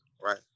Right